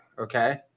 Okay